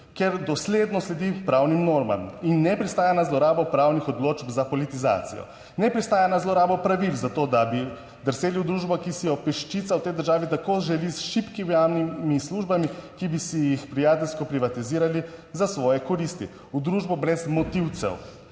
ker dosledno sledi pravnim normam in ne pristaja na zlorabo pravnih odločb za politizacijo, ne pristaja na zlorabo pravil za to, da bi drseli v družbo, ki si jo peščica v tej državi tako želi, s šibkimi javnimi službami, ki bi si jih prijateljsko privatizirali za svoje koristi, v družbo brez motilcev,